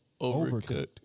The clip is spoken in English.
overcooked